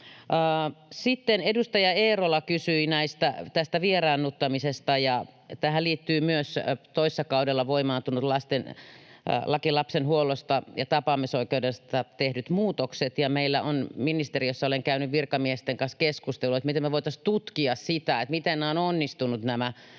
Sitten edustaja Eerola kysyi tästä vieraannuttamisesta. Tähän liittyvät myös toissa kaudella voimaan tulleeseen lakiin lapsen huollosta ja tapaamisoikeudesta tehdyt muutokset. Olen ministeriössä käynyt virkamiesten kanssa keskustelua, miten me voitaisiin tutkia sitä, miten nämä muutokset